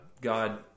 God